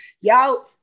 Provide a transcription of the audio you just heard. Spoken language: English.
Y'all